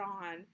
on